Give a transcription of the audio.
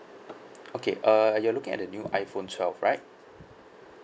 okay uh you are looking at the new iphone twelve right